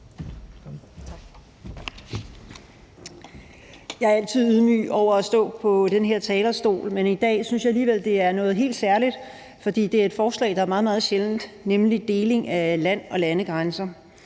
Jeg er altid ydmyg over at stå på den her talerstol, men i dag synes jeg alligevel, at det er noget helt særligt, fordi det er et forslag, der forekommer meget sjældent, da det handler om deling af land og landegrænser.